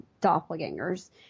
doppelgangers